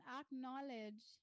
acknowledge